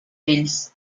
vells